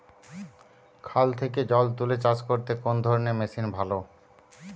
খাল থেকে জল তুলে চাষ করতে কোন ধরনের মেশিন ভালো?